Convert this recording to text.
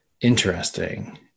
interesting